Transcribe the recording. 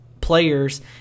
players